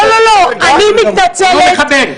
לא, אני מתנצלת.